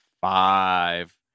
five